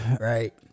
right